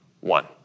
one